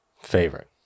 Favorite